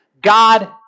God